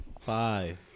Five